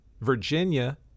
Virginia